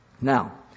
Now